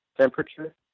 temperature